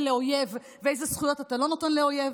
לאויב ואיזה זכויות אתה לא נותן לאויב?